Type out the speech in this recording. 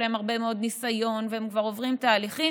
להם הרבה מאוד ניסיון והם כבר עוברים תהליכים,